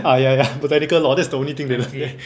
ah ya ya botanical law that's the only thing they learn there